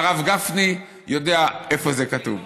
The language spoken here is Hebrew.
הרב גפני יודע איפה זה כתוב.